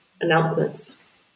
announcements